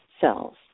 cells